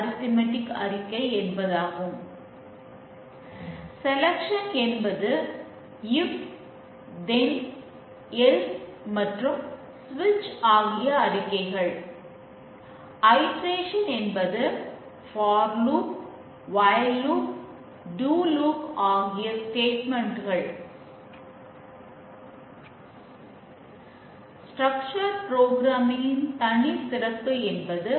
testing எந்த புதிய தோல்வியையும் கண்டறியவில்லை என்பது வரை சில நாட்களுக்கு அதைத் தொடர்வது